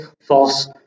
false